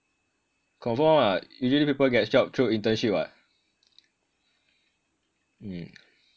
confirm [one] [what] usually people get a job through internship [what] mm